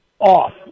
off